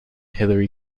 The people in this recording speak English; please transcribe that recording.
hillary